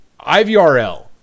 ivrl